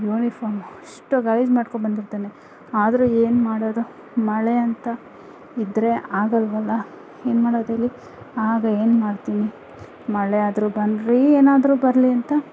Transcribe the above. uniform ಅಷ್ಟು ಗಲೀಜು ಮಾಡ್ಕೊಂಡು ಬಂದಿರ್ತಾನೆ ಆದ್ರೆ ಏನು ಮಾಡೋದು ಮಳೆ ಅಂತ ಇದ್ರೆ ಆಗಲ್ವಲ್ಲ ಏನು ಮಾಡೋದು ಹೇಳಿ ಆಗ ಏನು ಮಾಡ್ತೀನಿ ಮಳೆ ಆದರೂ ಬರ್ಲಿ ಏನಾದ್ರೂ ಬರ್ಲಿ ಅಂತ